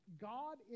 God